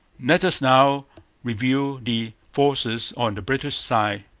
let us now review the forces on the british side.